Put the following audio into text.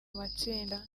matsinda